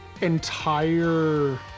entire